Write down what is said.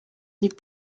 des